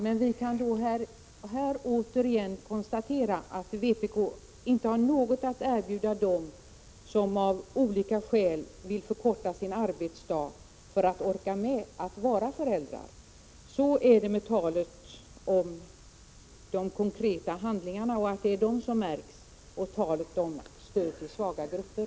Men vi kan återigen konstatera, att vpk inte har något att erbjuda dem som av olika skäl vill förkorta sin arbetsdag för att orka med att vara föräldrar. Så är det med talet om att det är det konkreta handlandet som märks och talet om stöd till svaga grupper.